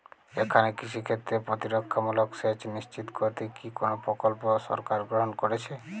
এখানে কৃষিক্ষেত্রে প্রতিরক্ষামূলক সেচ নিশ্চিত করতে কি কোনো প্রকল্প সরকার গ্রহন করেছে?